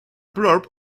blurb